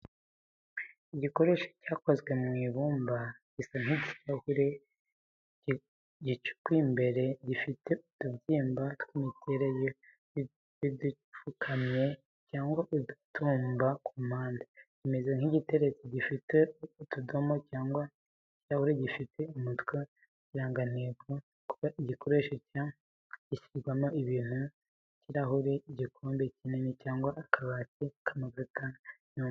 Igikoresho cyakozwe mu ibumba gisa nk’ikirahure gicukuwe imbere, gifite utubyimba tw’imiterere y’udupfukamye cyangwa udutumba ku mpande, kimeze nk’igitereko gifite udukono cyangwa nk’ikirahuri gifite umutwe w’ikirangantego. Kuba igikoresho cyo gushyiramo ibintu nk’ikirahuri, igikombe kinini cyangwa akabati k’amavuta n’umunyu.